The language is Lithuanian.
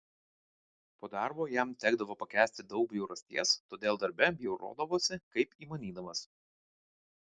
po darbo jam tekdavo pakęsti daug bjaurasties todėl darbe bjaurodavosi kaip įmanydamas